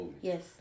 Yes